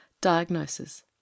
Diagnosis